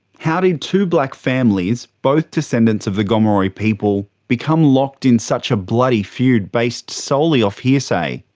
how did two black families, both descendants of the gomeroi people, become locked in such a bloody feud based solely off hearsay?